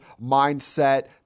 mindset